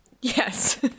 Yes